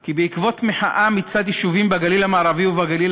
כי בעקבות מחאה מצד יישובים בגליל המערבי ובגליל